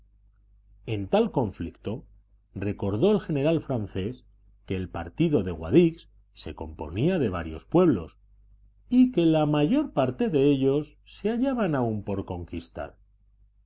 en tal conflicto recordó el general francés que el partido de guadix se componía de varios pueblos y que la mayor parte de ellos se hallaban aún por conquistar